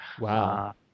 wow